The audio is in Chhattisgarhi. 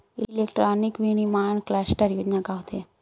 इलेक्ट्रॉनिक विनीर्माण क्लस्टर योजना का होथे?